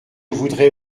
voudrais